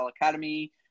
Academy